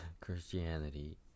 Christianity